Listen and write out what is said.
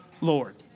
Lord